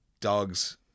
dogs